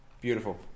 Beautiful